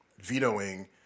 vetoing